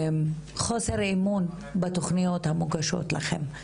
חוסר אמון בתוכניות המוגשות לכם,